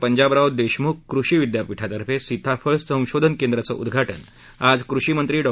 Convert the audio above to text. पंजाबराव दध्यिुख कृषी विद्यापीठातर्फे सीताफळ संशोधन केंद्राचं उद्घाटन आज कृषी मंत्री डॉ